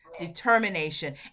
determination